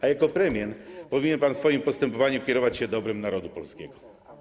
A jako premier powinien pan w swoim postępowaniu kierować się dobrem narodu polskiego.